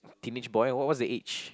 teenage boy what what's the age